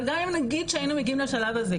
אבל גם אם נגיד שהיינו מגיעים לשלב הזה,